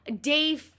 day